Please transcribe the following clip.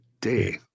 day